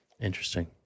Interesting